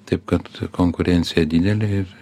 taip kad konkurencija didelė ir